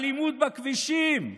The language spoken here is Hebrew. אלימות בכבישים ועוד,